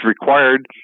required